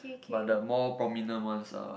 but the more prominent ones are